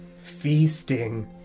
feasting